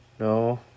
No